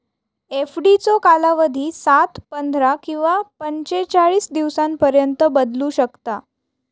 एफडीचो कालावधी सात, पंधरा किंवा पंचेचाळीस दिवसांपर्यंत बदलू शकता